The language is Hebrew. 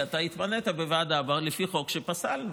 כי אתה התמנית בוועדה, אבל לפי חוק שפסלנו.